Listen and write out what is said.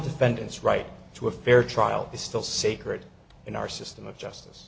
defendants right to a fair trial is still sacred in our system of justice